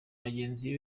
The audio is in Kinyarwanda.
bagenzi